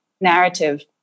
narrative